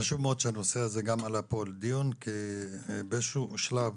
חשוב מאוד שהנושא הזה גם עלה פה לדיון כי באיזה שהוא שלב